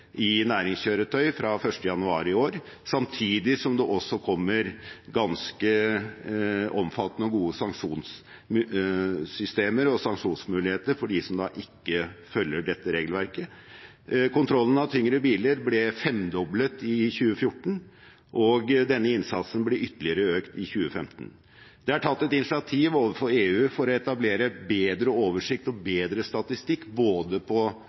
i næringskjøretøy fra 1. januar i år, samtidig som det også kommer ganske omfattende og gode sanksjonssystemer og sanksjonsmuligheter mot dem som ikke følger dette regelverket. Kontrollen av tyngre biler ble femdoblet i 2014, og denne innsatsen blir ytterligere økt i 2015. Det er tatt et initiativ overfor EU for å etablere bedre oversikt over og bedre statistikk på både